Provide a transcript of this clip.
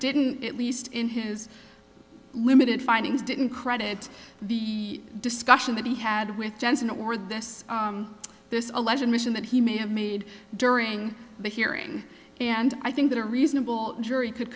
didn't at least in his limited findings didn't credit the discussion that he had with jensen or this this alleged mission that he may have made during the hearing and i think that a reasonable jury could